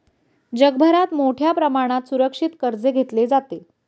जगभरात मोठ्या प्रमाणात सुरक्षित कर्ज घेतले जाते